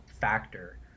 factor